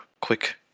quick